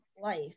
life